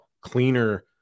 cleaner